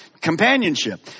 companionship